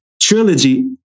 trilogy